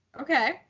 Okay